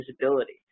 visibility